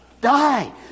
die